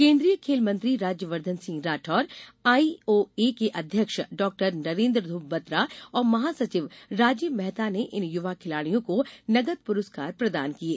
केंद्रीय खेल मंत्री राज्यवर्धन सिंह राठौड़ आईओए के अध्यक्ष डॉ नरेंद्र ध्रव बत्रा और महासचिव राजीव मेहता ने इन युवा खिलाड़ियों को नगद पुरस्कार प्रदान किये